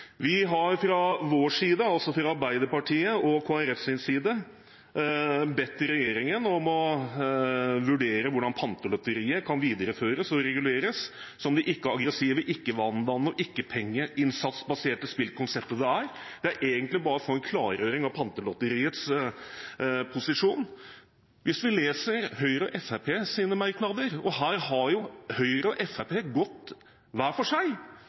Vi har fra vår side, altså fra Arbeiderpartiet og Kristelig Folkepartis side, bedt regjeringen om å vurdere hvordan Pantelotteriet kan videreføres og reguleres som det ikke-aggressive, ikke-vanedannende og ikke-pengeinnsatsbaserte spillkonseptet det er. Det handler egentlig bare om å få en klargjøring av Pantelotteriets posisjon. Hvis vi leser Høyres og Fremskrittspartiets merknader, ser vi at Høyre og Fremskrittspartiet har gått hver for seg.